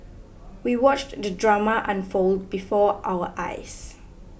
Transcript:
we watched the drama unfold before our eyes